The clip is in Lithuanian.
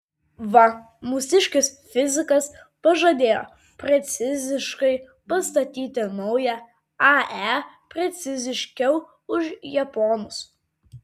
va mūsiškis fizikas pažadėjo preciziškai pastatyti naują ae preciziškiau už japonus